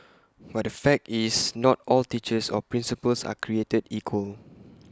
but the fact is not all teachers or principals are created equal